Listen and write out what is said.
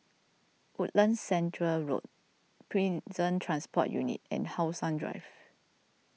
Woodlands Centre Road Prison Transport Unit and How Sun Drive